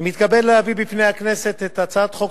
אני מתכבד להביא בפני הכנסת את הצעת חוק